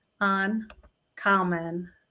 Uncommon